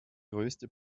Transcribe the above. größte